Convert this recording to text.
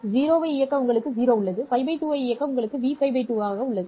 0 ஐ இயக்க உங்களுக்கு 0 உள்ளது π 2 ஐ இயக்க உங்கள் வீச்சு Vπ 2 ஆக இருக்க வேண்டும்